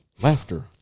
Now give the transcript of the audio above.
Laughter